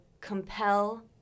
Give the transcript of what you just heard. compel